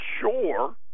sure